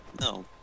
No